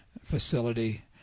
facility